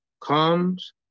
comes